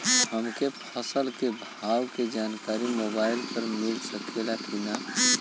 हमके फसल के भाव के जानकारी मोबाइल पर मिल सकेला की ना?